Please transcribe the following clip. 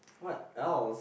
what else